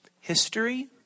History